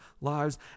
lives